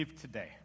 Today